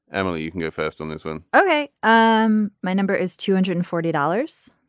emily you can go first on this one ok. um my number is two hundred and forty dollars.